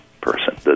person